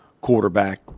quarterback